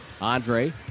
Andre